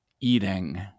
eating